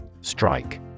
Strike